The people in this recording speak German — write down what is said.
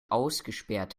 ausgesperrt